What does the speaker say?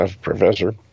professor